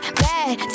bad